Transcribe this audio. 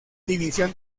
división